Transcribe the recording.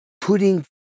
putting